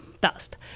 dust